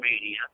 media